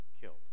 killed